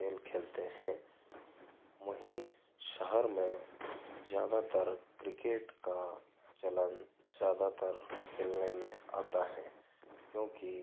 खेल खेलते हैं वहीं शहर में ज़्यादातर क्रिकेट का चलन ज़्यादातर खेलने में आता है क्योंकि